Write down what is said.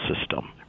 system